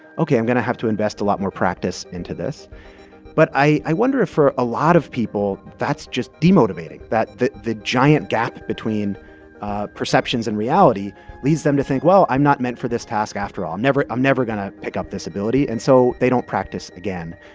ok, i'm going to have to invest a lot more practice into this but i i wonder if, for a lot of people, that's just demotivating, that the the giant gap between perceptions and reality leads them to think, well, i'm not meant for this task after all. i'm never i'm never going to pick up this ability, and so they don't practice again.